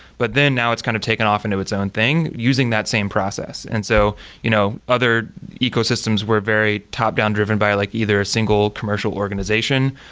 but then now it's kind of taken off into its own thing using that same process and so you know other ecosystems were very top-down driven by like either a single commercial organization.